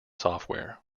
software